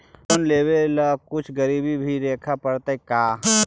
Loan लेबे ल कुछ गिरबी भी रखे पड़तै का?